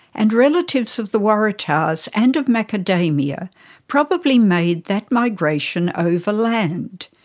and relatives of the waratahs and of macadamia probably made that migration over land,